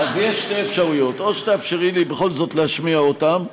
אז יש שתי אפשרויות: או שתאפשרי לי בכל זאת להשמיע אותם,